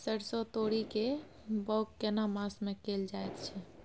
सरसो, तोरी के बौग केना मास में कैल जायत छै?